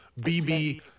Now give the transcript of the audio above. BB